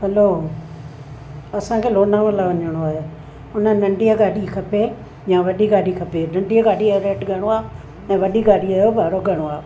hello असांखे लोनावला वञणो आहे उन नंढीअ गाॾी खपे या वॾी गाॾी खपे नंढीअ गाॾीअ जो रेट घणो आहे पोइ वॾी गाॾीअ जो भाड़ो घणो आहे